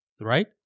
right